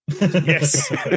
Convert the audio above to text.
Yes